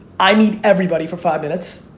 i meet everybody for five minutes.